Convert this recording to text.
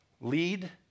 lead